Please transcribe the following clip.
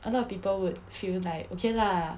a lot of people would feel like okay lah